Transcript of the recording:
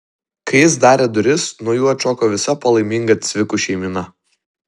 kai jis darė duris nuo jų atšoko visa palaiminga cvikų šeimyna